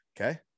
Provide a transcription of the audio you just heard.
Okay